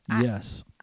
Yes